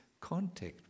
contact